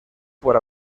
por